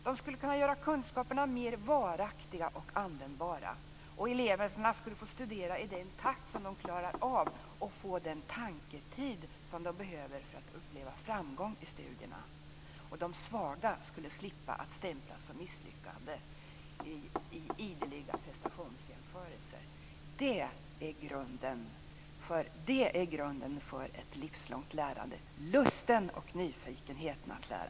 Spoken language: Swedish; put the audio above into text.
De skulle kunna göra kunskaperna mer varaktiga och användbara, och eleverna skulle få studera i den takt som de klarar och få den tanketid som de behöver för att uppleva framgång i studierna. De svaga skulle slippa att stämplas som misslyckade i ideliga prestationsjämförelser. Grunden för ett livslångt lärande är lusten och nyfikenheten att lära.